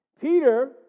Peter